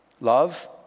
love